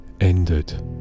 ended